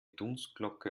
dunstglocke